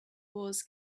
wars